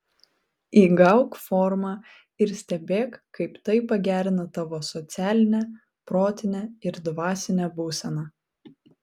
įgauk formą ir stebėk kaip tai pagerina tavo socialinę protinę ir dvasinę būseną